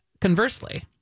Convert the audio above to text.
conversely